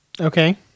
Okay